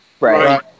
Right